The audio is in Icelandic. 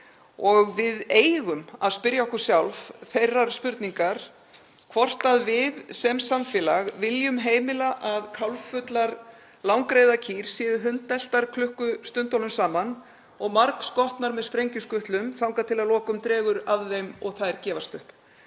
Við eigum að spyrja okkur sjálf þeirrar spurningar hvort við sem samfélag viljum heimila að kálffullar langreyðarkýr séu hundeltar klukkustundunum saman og margskotnar með sprengjukutlum þangað til að lokum dregur af þeim og þær gefast upp.